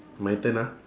my turn ah